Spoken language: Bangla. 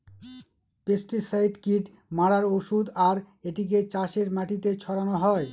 পেস্টিসাইড কীট মারার ঔষধ আর এটিকে চাষের মাটিতে ছড়ানো হয়